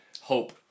hope